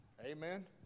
Amen